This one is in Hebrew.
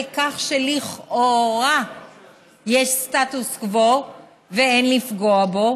כך שלכאורה יש סטטוס קוו ואין לפגוע בו,